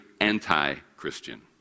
anti-Christian